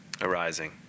arising